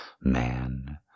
man